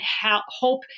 hope